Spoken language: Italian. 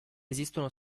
esistono